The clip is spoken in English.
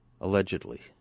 Allegedly